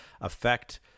affect